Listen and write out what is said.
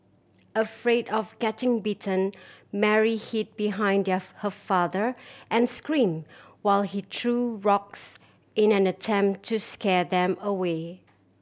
afraid of getting bitten Mary hid behind their her father and scream while he threw rocks in an attempt to scare them away